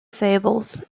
fables